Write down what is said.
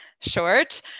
short